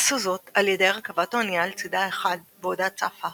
עשו זאת על ידי הרכנת האונייה על צידה האחד בעודה צפה